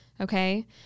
Okay